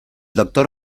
doctor